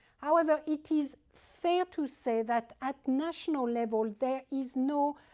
however, it is fair to say that at national level, there is no